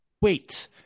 wait